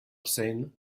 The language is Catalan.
cent